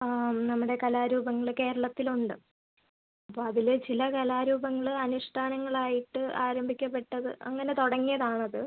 നമ്മുടെ കലാരൂപങ്ങൾ കേരളത്തിലുണ്ട് അപ്പോൾ അതിൽചില കലാരൂപങ്ങൾ അനുഷ്ഠാനങ്ങളായിട്ട് ആരംഭിക്കപ്പെട്ടത് അങ്ങനെ തുടങ്ങിയതാണത്